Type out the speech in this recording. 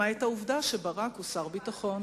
למעט העובדה שברק הוא שר הביטחון.